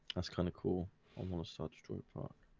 that's kind of cool almost such droid fuck